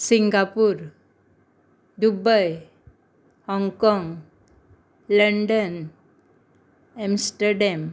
Singapore Dubai Hong Kong London Amsterdam